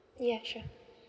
ya sure